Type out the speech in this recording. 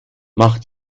mach